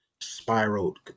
spiraled